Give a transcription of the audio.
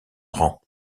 rend